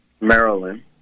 Maryland